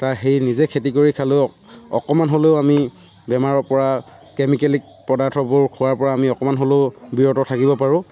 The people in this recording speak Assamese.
তাৰ সেই নিজে খেতি কৰি খালেও অকণমান হ'লেও আমি বেমাৰৰ পৰা কেমিকেলিক পদাৰ্থবোৰ খোৱাৰ পৰা আমি অকণমান হ'লেও বিৰত থাকিব পাৰোঁ